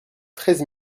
treize